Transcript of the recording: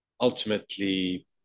ultimately